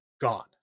gone